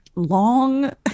long